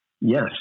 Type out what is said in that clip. yes